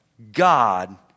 God